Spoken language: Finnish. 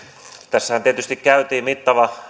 tässähän tietysti käytiin mittava